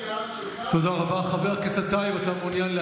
שנזכיר לך מי האנשים שהם מהעם שלך?